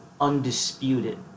undisputed